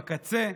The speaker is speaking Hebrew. בקצה,